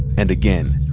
and again,